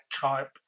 type